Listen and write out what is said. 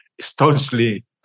staunchly